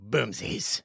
Boomsies